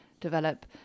develop